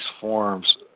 forms